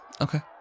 Okay